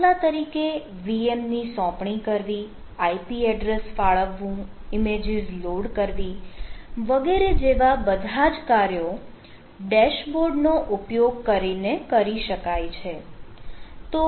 દાખલા તરીકે VM ની સોપણી કરવી IP એડ્રેસ ફાળવવું ઈમેજીસ લોડ કરવી વગેરે જેવા બધા જ કાર્યો ડેશબોર્ડનો ઉપયોગ કરીને કરી શકાય છે